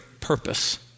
purpose